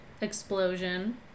Explosion